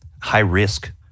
high-risk